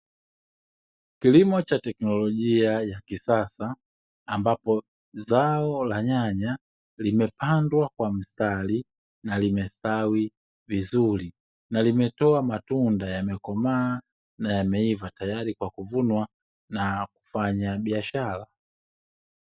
Kilimo cha teknolojia ya kisasa ambapo zao la nyanya limepandwa kwa mstari na limestawi vizuri, na limetoa matunda yamekomaa na yameiva tayari kwa kuvunwa na kufanya biashara.